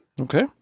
Okay